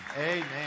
amen